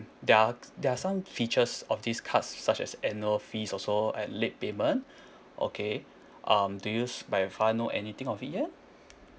there are there are some features of this card such as annual fees also and late payment okay um do you by far know anything of it yet